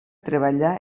treballà